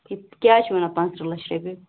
کیٛاہ چھِو وَنان پانٛژھ ترٕٛہ لَچھ رۄپیہِ